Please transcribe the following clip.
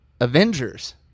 Avengers